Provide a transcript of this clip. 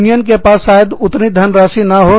union के पास शायद उतनी धनराशि ना हो